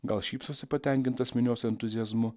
gal šypsosi patenkintas minios entuziazmu